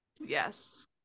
yes